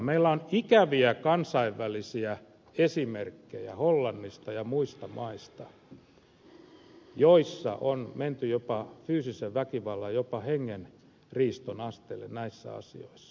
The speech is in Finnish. meillä on ikäviä kansainvälisiä esimerkkejä hollannista ja muista maista joissa on menty jopa fyysisen väkivallan ja jopa hengenriiston asteelle näissä asioissa